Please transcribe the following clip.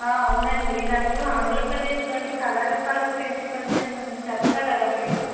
అవునండి నాకు ఆంధ్రప్రదేశ్లోని కళా రూపాలు గురించి కొంచెం చెప్పగలరా మీరు